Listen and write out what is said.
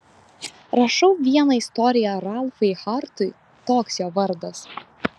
rašau vieną istoriją ralfai hartui toks jo vardas